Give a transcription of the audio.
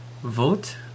Vote